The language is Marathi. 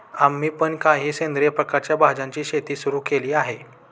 आम्ही पण काही सेंद्रिय प्रकारच्या भाज्यांची शेती सुरू केली आहे